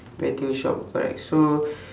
betting shop correct so